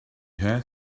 had